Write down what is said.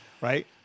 right